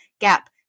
gap